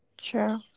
Sure